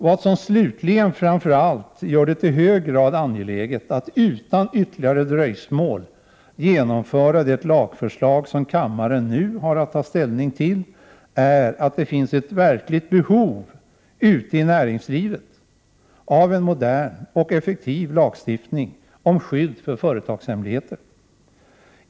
Vad som slutligen och framför allt gör det i hög grad angeläget att utan ytterligare dröjsmål genomföra det lagförslag som kammaren nu har att ta ställning till är att det finns ett verkligt behov ute i näringslivet av en modern och effektiv lagstiftning om skydd för företagshemligheter.